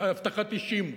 אבטחת אישים,